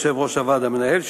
יושב-ראש הוועד המנהל,